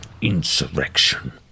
insurrection